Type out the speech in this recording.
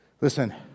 Listen